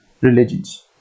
religions